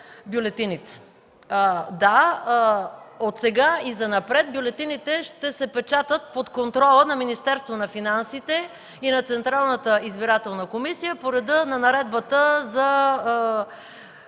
бюлетините. Да, отсега и занапред бюлетините ще се печатат под контрола на Министерството на финансите и на Централната избирателна комисия по реда на Наредбата за